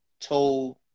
told